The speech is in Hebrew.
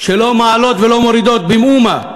שלא מעלות ולא מורידות במאומה,